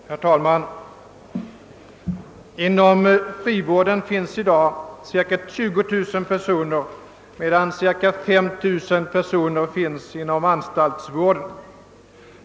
Herr talman! Inom frivården finns i dag cirka 20 000 personer, medan cirka 5000 finns inom anstaltsvården.